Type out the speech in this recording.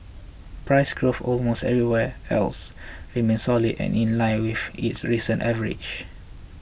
price growth almost everywhere else remained solid and in line with its recent average